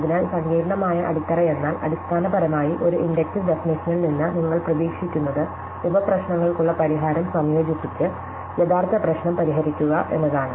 അതിനാൽ സങ്കീർണ്ണമായ അടിത്തറയെന്നാൽ അടിസ്ഥാനപരമായി ഒരു ഇൻഡക്റ്റീവ് ഡെഫനിഷനിൽ നിന്ന് നിങ്ങൾ പ്രതീക്ഷിക്കുന്നത് ഉപ പ്രശ്നങ്ങൾക്കുള്ള പരിഹാരം സംയോജിപ്പിച്ച് യഥാർത്ഥ പ്രശ്നം പരിഹരിക്കുക എന്നതാണ്